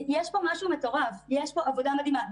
יש פה משהו מטורף, יש פה עבודה מדהימה.